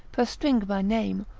perstringe by name,